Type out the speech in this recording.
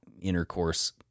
intercourse